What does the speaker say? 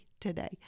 today